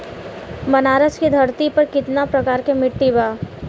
बनारस की धरती पर कितना प्रकार के मिट्टी बा?